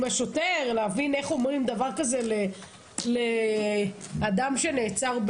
עם השוטר כדי להבין איך אומרים דבר כזה לאדם שנעצר?